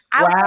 Wow